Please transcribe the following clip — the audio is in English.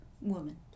woman